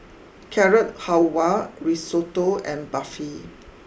Carrot Halwa Risotto and Barfi